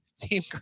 Team